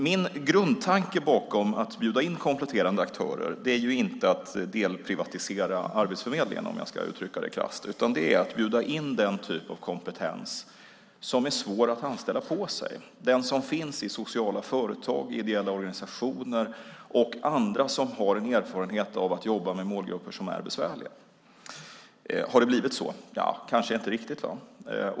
Min grundtanke bakom att bjuda in kompletterande aktörer är inte att delprivatisera Arbetsförmedlingen, om jag ska uttrycka det krasst, utan det är att bjuda in den kompetens som är svår att anställa. Det är den som finns i sociala företag och ideella organisationer och hos andra som har en erfarenhet av att jobba med målgrupper som är besvärliga. Har det blivit så? Nja, kanske inte riktigt.